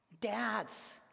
dads